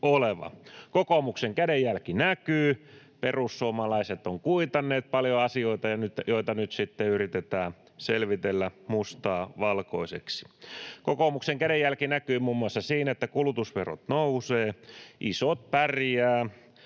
Kokoomuksen kädenjälki näkyy, perussuomalaiset ovat kuitanneet paljon asioita, joita nyt sitten yritetään selvitellä, mustaa valkoiseksi. Kokoomuksen kädenjälki näkyy muun muassa siinä, että kulutusverot nousevat, isot pärjäävät,